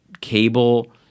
cable